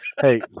Hey